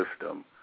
system